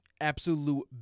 absolute